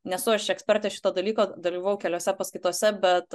nesu aš ekspertė šito dalyko dalyvavau keliose paskaitose bet